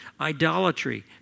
Idolatry